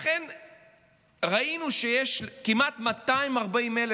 ראינו שיש כמעט 240,000